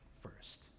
first